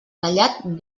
callat